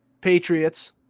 Patriots